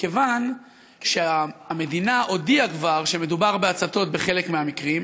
מכיוון שהמדינה הודיעה כבר שמדובר בהצתות בחלק מהמקרים,